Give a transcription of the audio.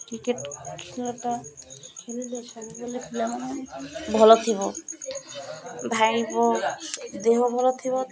cricket ଖେଳଟା ଖେଳିଲେ ସବୁବେଲେ ଭଲ ଥିବ ଭାଇ ବ ଦେହ ଭଲ ଥିବ